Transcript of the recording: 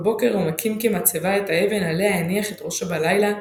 בבוקר הוא מקים כמצבה את האבן עליה הניח את ראשו בלילה,